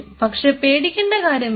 പക്ഷേ പേടിക്കേണ്ട കാര്യമില്ല